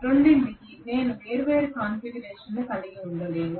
రెండింటికీ నేను వేర్వేరు కాన్ఫిగరేషన్లను కలిగి ఉండలేను